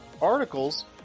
articles